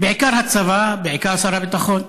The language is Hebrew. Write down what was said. בעיקר הצבא, בעיקר שר הביטחון.